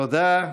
תודה.